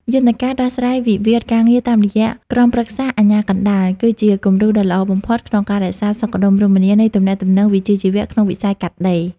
យន្តការដោះស្រាយវិវាទការងារតាមរយៈ "ក្រុមប្រឹក្សាអាជ្ញាកណ្ដាល" គឺជាគំរូដ៏ល្អបំផុតក្នុងការរក្សាសុខដុមរមនានៃទំនាក់ទំនងវិជ្ជាជីវៈក្នុងវិស័យកាត់ដេរ។